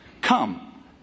Come